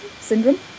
syndrome